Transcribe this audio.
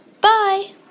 Bye